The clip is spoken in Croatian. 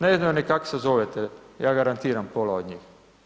Ne znaju ni kako se zovete, ja garantiram pola od njih.